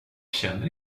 känner